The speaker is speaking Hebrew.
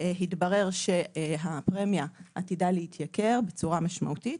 התברר שהפרמיה עתידה להתייקר בצורה משמעותית.